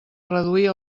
reduir